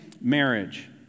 marriage